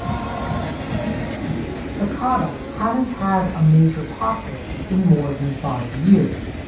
um sakata hadn't had a major pop hit in more than five years,